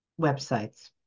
websites